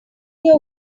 their